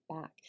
back